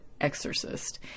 exorcist